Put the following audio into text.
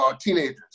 teenagers